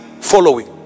following